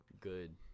good